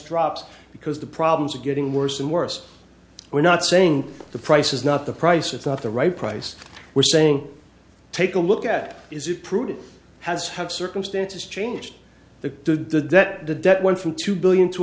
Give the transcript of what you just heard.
drops because the problems are getting worse and worse we're not saying the price is not the price or thought the right price we're saying take a look at is it prudent has have circumstances changed the that the debt went from two billion t